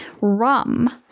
rum